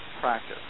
practice